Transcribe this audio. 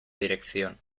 dirección